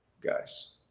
guys